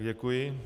Děkuji.